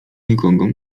nikogo